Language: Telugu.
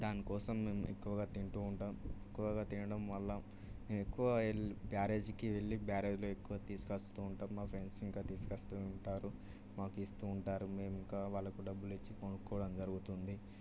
దాని కోసం మేం ఎక్కువగా తింటూ ఉంటాం ఎక్కువగా తినడం వల్ల నేను ఎక్కువ ఎల్ బ్యారేజీకి వెళ్ళి బ్యారేజ్లో ఎక్కువ తీసుకొస్తూ ఉంటాం మా ఫ్రెండ్స్ ఇంకా తీసుకొస్తూ ఉంటారు మాకు ఇస్తూ ఉంటారు మేము ఇంకా వాళ్ళకి డబ్బులు ఇచ్చి కొనుక్కోవడం జరుగుతుంది